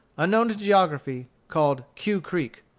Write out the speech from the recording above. unknown to geography, called cue creek.